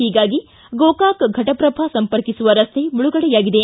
ಹೀಗಾಗಿ ಗೋಕಾಕ್ ಫಟಪ್ರಭಾ ಸಂಪರ್ಕಿಸುವ ರಸ್ತೆ ಮುಳುಗಡೆಯಾಗಿದೆ